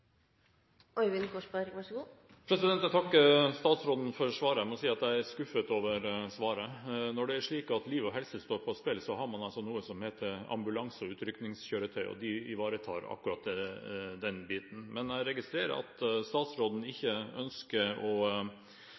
Jeg takker statsråden for svaret. Jeg må si at jeg er skuffet over svaret. Når det er slik at liv og helse står på spill, har man noe som heter ambulanse og utrykningskjøretøy, og de ivaretar akkurat den biten. Men jeg registrerer at statsråden ikke ønsker å